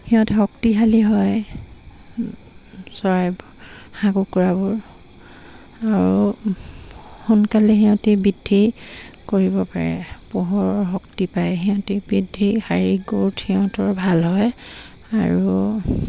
সিহঁত শক্তিশালী হয় চৰাইবোৰ হাঁহ কুকুৰাবোৰ আৰু সোনকালে সিহঁতে বৃদ্ধি কৰিব পাৰে পোহৰৰ শক্তি পাই সিহঁতে বৃদ্ধি শাৰীৰিক গ্ৰুৌথ সিহঁতৰ ভাল হয় আৰু